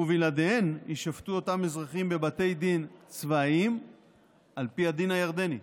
ובלעדיהן יישפטו אותם אזרחים בבתי דין צבאיים על פי הדין הירדני.